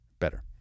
better